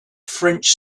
french